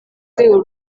rwego